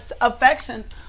affections